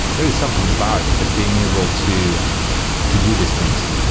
there is something about it. just being able to to do these things,